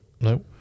No